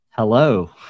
Hello